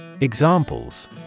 Examples